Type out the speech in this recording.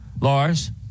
Lars